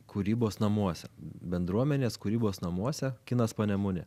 kūrybos namuose bendruomenės kūrybos namuose kinas panemunė